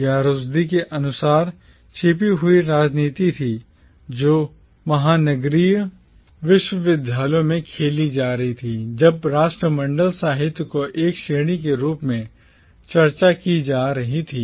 यह रुश्दी के अनुसार छिपी हुई राजनीति थी जो महानगरीय विश्वविद्यालयों में खेली जा रही थी जब राष्ट्रमंडल साहित्य को एक श्रेणी के रूप में चर्चा की जा रही थी